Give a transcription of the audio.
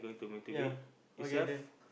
ya okay then